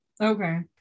Okay